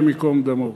השם ייקום דמו,